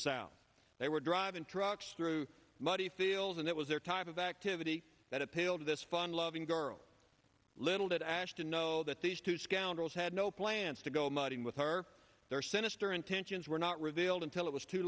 south they were driving trucks through muddy fields and it was their type of activity that appealed to this fun loving girl little bit ashta know that these two scoundrels had no plans to go mudding with her sinister intentions were not revealed until it was too